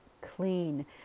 clean